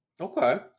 Okay